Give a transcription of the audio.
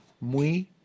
Muy